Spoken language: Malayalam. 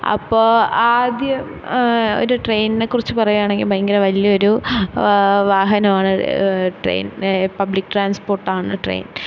അപ്പോ ആദ്യം ഒരു ട്രെയിനിനെ കുറിച്ച് പറയുകയാണെങ്കില് ഭയങ്കര വലിയൊരു വാഹനമാണ് ട്രെയിൻ പബ്ലിക് ട്രാൻസ്പ്പോർട്ടാണ് ട്രെയിൻ